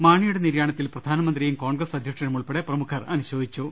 മാണിയുടെ നിര്യാണത്തിൽ പ്രധാനമന്ത്രിയും കോൺഗ്രസ് അധ്യക്ഷനുമുൾപ്പെടെ പ്രമുഖർ അനുശോചിച്ചു